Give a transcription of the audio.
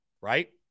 right